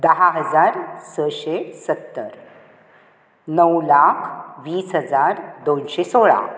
धा हजार सयशें सत्तर णव लाख वीस हजार दोनशे सोळा